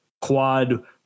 quad